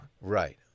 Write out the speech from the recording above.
Right